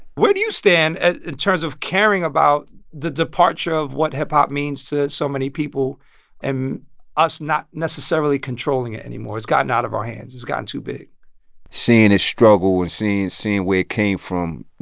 where do you stand ah in terms of caring about the departure of what hip-hop means to so many people and us not necessarily controlling it anymore? it's gotten out of our hands. it's gotten too big seeing it struggle and seeing seeing where it came from,